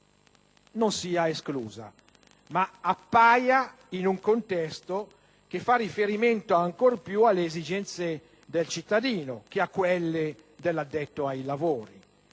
non sia esclusa, ma appaia in un contesto che fa riferimento ancor più alle esigenze del cittadino che a quelle dell'addetto ai lavori;